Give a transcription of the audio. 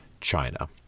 China